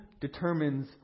determines